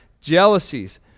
jealousies